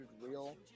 real